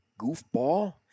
goofball